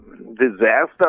disaster